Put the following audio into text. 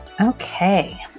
Okay